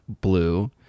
blue